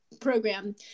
program